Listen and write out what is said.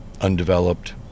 undeveloped